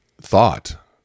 thought